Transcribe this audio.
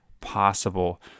possible